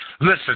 Listen